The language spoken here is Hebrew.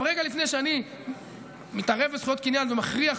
רגע לפני שאני מתערב בזכויות קניין ומכריח